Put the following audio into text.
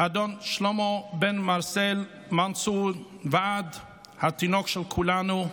אדון שלמה בן מרסל מנצור, ועד התינוק של כולנו,